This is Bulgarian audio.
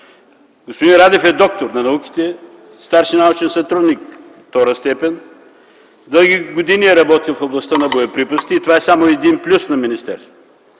Господин Радев е доктор на науките, старши научен сътрудник ІІ степен. Дълги години е работил в областта на боеприпасите и това е само един плюс на министерството.